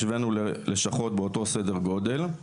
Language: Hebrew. השווינו ללשכות באותו סדר גודל.